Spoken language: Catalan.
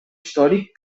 històric